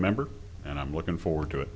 a member and i'm looking forward to it